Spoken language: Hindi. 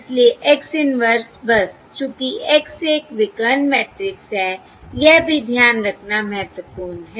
इसलिए X इन्वर्स बस चूंकि X एक विकर्ण मैट्रिक्स है यह भी ध्यान रखना महत्वपूर्ण है